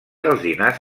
alzinars